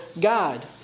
God